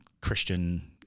christian